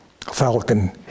Falcon